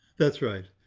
that's right.